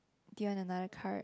the another card